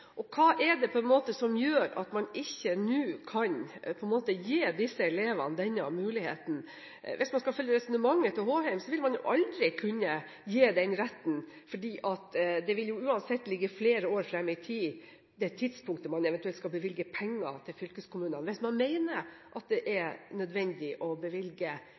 fremtiden. Hva er det som gjør at man ikke nå kan gi disse elevene denne muligheten? Hvis man skal følge resonnementet til Håheim, vil man aldri kunne gi den retten, fordi det tidspunktet man eventuelt skal bevilge penger til fylkeskommunene på, uansett vil ligge flere år fram i tid – hvis man mener det er nødvendig å bevilge